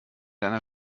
einer